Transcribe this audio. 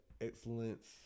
excellence